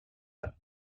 that